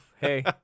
Hey